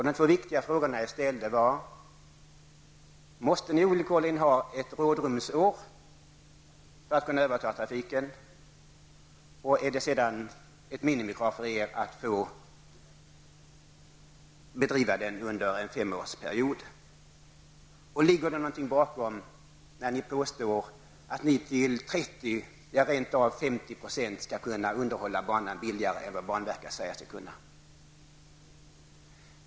De viktiga frågor som jag ställde var: Måste ni ovillkorligen ha ett rådrumsår för att kunna överta trafiken? Är det ett minimikrav för er att få bedriva den under en femårsperiod? Ligger det någonting bakom ett påstående att ni skall kunna underhålla banan till 30 %-- ja, rent av 50 %-- lägre kostnad än vad banverket säger sig kunna?